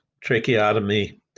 tracheotomy